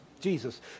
Jesus